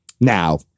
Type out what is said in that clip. Now